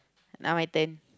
now my turn